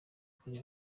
kuri